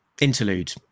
interlude